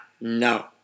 no